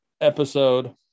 episode